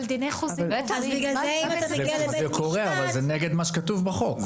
זה נגד החוק.